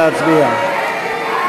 נא להצביע.